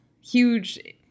huge